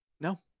No